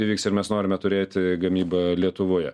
įvyks ir mes norime turėti gamybą lietuvoje